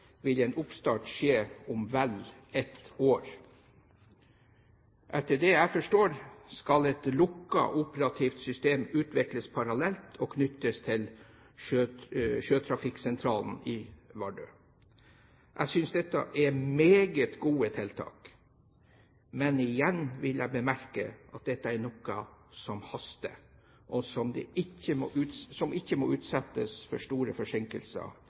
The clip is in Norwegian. vil en oppstart skje om vel ett år. Og etter det jeg forstår, skal et lukket operativt system utvikles parallelt og knyttes til sjøtrafikksentralen i Vardø. Jeg synes dette er meget gode tiltak, men igjen vil jeg bemerke at dette er noe som haster, og som ikke må utsettes for store forsinkelser